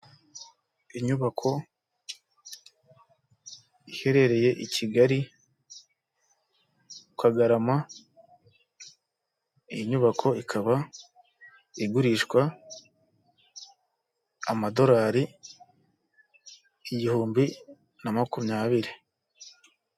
Inyubako iherereye i Kigali Kagarama, iyi nyubako ikaba igurishwa amadolari, igihumbi na makumyabiri.